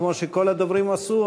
כמו שכל הדוברים עשו,